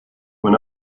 when